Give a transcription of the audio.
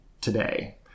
today